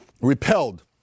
repelled